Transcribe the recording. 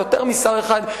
ויותר משר אחד,